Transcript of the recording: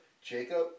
Jacob